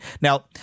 Now